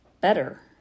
better